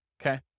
okay